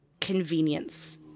convenience